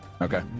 Okay